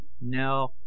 No